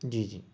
جی جی